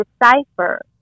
decipher